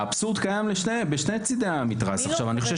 האבסורד קיים בשני צידי המתרס עכשיו אני חושב